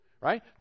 right